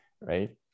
right